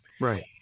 right